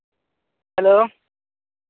hello